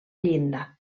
llinda